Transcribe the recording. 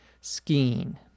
skiing